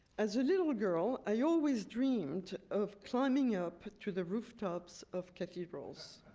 as a little girl, i always dreamed of climbing up to the rooftops of cathedrals